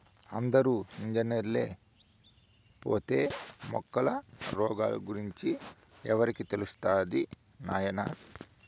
అందరూ ఇంజనీర్లైపోతే మొక్కల రోగాల గురించి ఎవరికి తెలుస్తది నాయనా